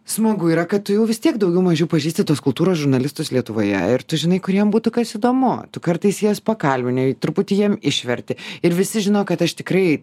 smagu yra kad tu jau vis tiek daugiau mažiau pažįsti tuos kultūros žurnalistus lietuvoje ir tu žinai kuriem būtų kas įdomu tu kartais juos pakalbini truputį jiem išverti ir visi žino kad aš tikrai